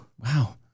Wow